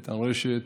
את הרשת,